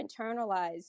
internalize